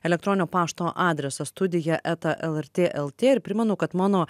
elektroninio pašto adresas studija eta lrt lt ir primenu kad mano